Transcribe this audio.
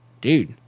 dude